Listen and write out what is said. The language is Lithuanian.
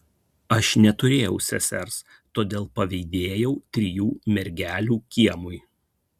aš neturėjau sesers todėl pavydėjau trijų mergelių kiemui